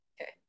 okay